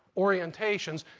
orientations,